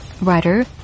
writer